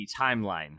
timeline